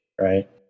right